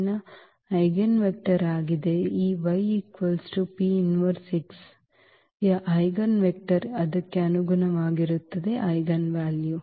ನ eigenvector ಆಗಿದ್ದರೆ ಈ ಯ ಐಜೆನ್ವೆಕ್ಟರ್ ಅದಕ್ಕೆ ಅನುಗುಣವಾಗಿರುತ್ತದೆ ಐಜೆನ್ವೆಲ್ಯು